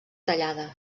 tallada